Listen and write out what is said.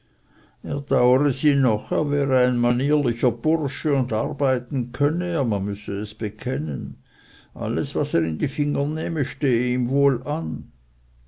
es wäre ein manierlicher bursche und arbeiten könne er man müsse es bekennen alles was er in die finger nehme stehe ihm wohl an